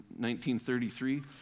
1933